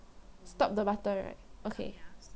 stop the button right okay